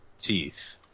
teeth